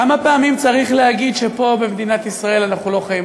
כמה פעמים צריך להגיד שבמדינת ישראל אנחנו חיים,